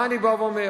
מה אני בא ואומר?